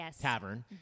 tavern